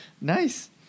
Nice